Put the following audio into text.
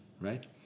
right